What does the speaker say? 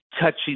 touching